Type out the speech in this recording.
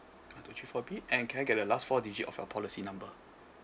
two three four B and can I get the last four digit of your policy number